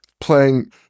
playing